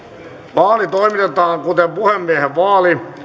vaali toimitetaan kuten puhemiehen vaali